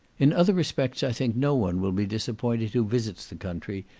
in other respects i think no one will be disappointed who visits the country,